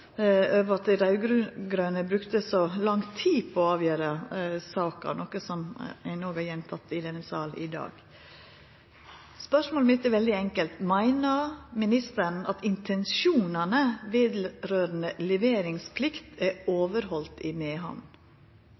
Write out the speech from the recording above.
over at dei raud-grøne brukte så lang tid på å avgjera saka, noko som no vert gjenteke i denne salen i dag. Spørsmålet mitt er veldig enkelt: Meiner ministeren at intensjonane vedrørande leveringsplikt er overhaldne i Mehamn?